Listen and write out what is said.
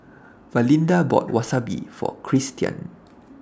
Valinda bought Wasabi For Cristian